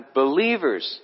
believers